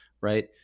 right